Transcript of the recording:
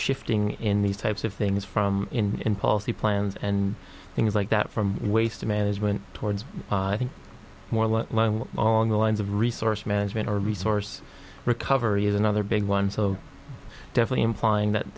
shifting in these types of things from in policy plans and things like that from waste management towards more light on the lines of resource management or resource recovery is another big one so definitely implying that